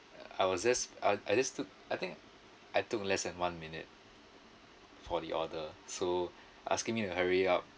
I just took I think I took less than one minute for the order so asking me to hurry up